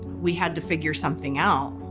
we had to figure something out.